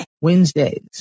Wednesdays